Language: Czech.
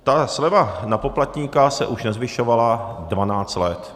Ta sleva na poplatníka se už nezvyšovala dvanáct let.